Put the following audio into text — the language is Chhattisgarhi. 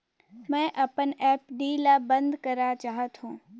मैं अपन एफ.डी ल बंद करा चाहत हों